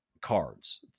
cards